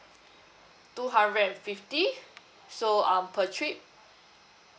two hundred and fifty so um per trip